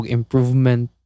improvement